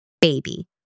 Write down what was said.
Baby